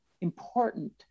important